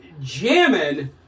jamming